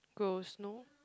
ghost no